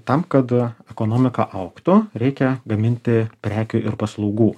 tam kad ekonomika augtų reikia gaminti prekių ir paslaugų